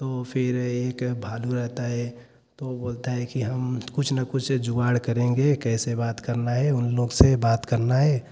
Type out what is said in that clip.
तो फ़िर एक भालू रहता है तो बोलता है कि हम कुछ न कुछ जुगाड़ करेंगे कैसे बात करना है उन लोग से बात करना है